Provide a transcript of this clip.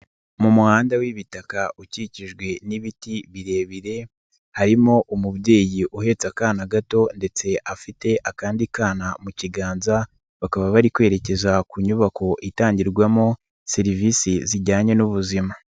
Mu muhanda w'ibitaka ukikijwe n'ibiti birebire, harimo umubyeyi uhetse akana gato ndetse afite akandi kana mu kiganza, bakaba bari kwerekeza ku nyubako itangirwamo serivisi zijyanye n'ubuzima.